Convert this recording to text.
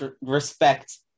respect